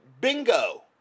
bingo